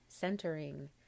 centering